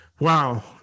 Wow